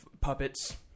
puppets